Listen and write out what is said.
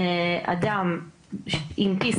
אדם עם PCR